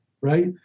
right